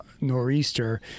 nor'easter